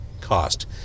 cost